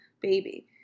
baby